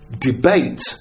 debate